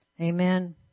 Amen